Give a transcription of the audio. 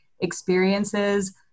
experiences